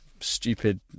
stupid